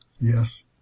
Yes